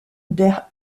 der